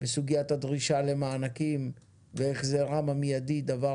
בסוגיית הדרישה להחזר מיידי של המענקים,